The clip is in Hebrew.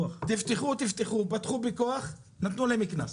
"תפתחו", "תפתחו" פתחו בכוח, נתנו להם קנס.